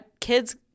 kid's